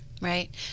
Right